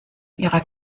ihrer